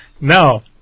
Now